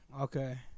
okay